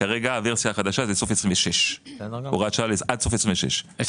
כרגע הוורסיה החדשה היא עד סוף 26'. בגלל שהזמן עבר.